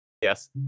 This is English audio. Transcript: Yes